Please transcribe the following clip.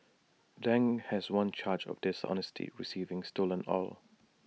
Dang has one charge of dishonestly receiving stolen oil